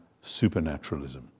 supernaturalism